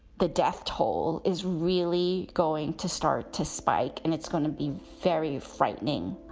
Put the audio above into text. the death toll is really going to start to spike. and it's going to be very frightening,